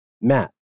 Matt